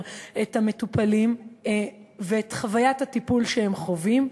את המטופלים ואת חוויית הטיפול שהם חווים.